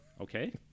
Okay